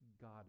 God